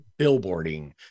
billboarding